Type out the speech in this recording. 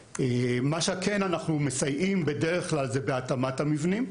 מה שאנחנו כן מסייעים בו בדרך כלל זה בהתאמת המבנים.